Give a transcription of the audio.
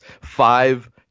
five